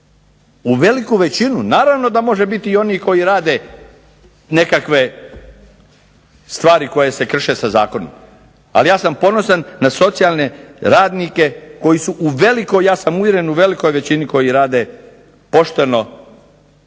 u veliku većinu. Naravno da može biti i onih koji rade nekakve stvari koje se krše sa zakonima, ali ja sam ponosan na socijalne radnike koji su u velikoj, ja sam uvjeren u velikoj većini koji rade pošteno